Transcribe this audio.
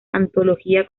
antología